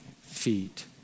feet